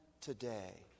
today